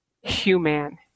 human